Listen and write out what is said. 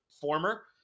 former